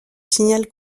signal